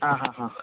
ആ ഹാ ഹ